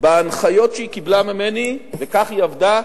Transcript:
בהנחיות שהיא קיבלה ממני, וכך היא עבדה,